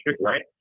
right